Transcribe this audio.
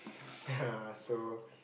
so